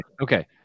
Okay